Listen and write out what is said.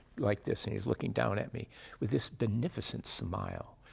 like this. and he was looking down at me with this beneficent smile.